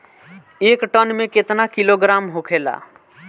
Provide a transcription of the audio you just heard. एक टन मे केतना किलोग्राम होखेला?